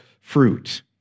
fruit